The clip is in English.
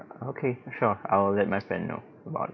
okay sure I will let my friend know about